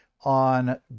on